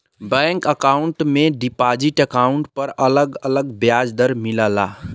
bank में deposit account पर अलग अलग ब्याज दर मिलला